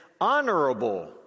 honorable